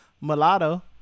mulatto